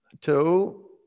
two